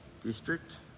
District